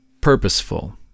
purposeful